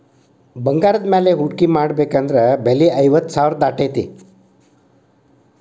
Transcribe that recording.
ಬಂಗಾರದ ಮ್ಯಾಲೆ ಹೂಡ್ಕಿ ಮಾಡ್ಬೆಕಂದ್ರ ಬೆಲೆ ಐವತ್ತ್ ಸಾವ್ರಾ ದಾಟೇತಿ